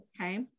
Okay